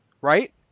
Right